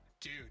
dude